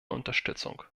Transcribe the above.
unterstützung